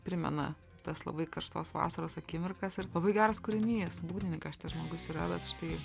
primena tas labai karštos vasaros akimirkas ir labai geras kūrinys būgnininkas šitas žmogus yra bet štai